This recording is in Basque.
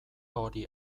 hori